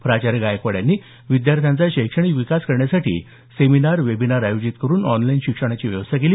प्राचार्य गायकवाड यांनी विद्यार्थ्यांचा शैक्षणिक विकास करण्यासाठी सेमिनार वेबीनार आयोजित करून ऑनलाईन शिक्षणाची व्यवस्था केली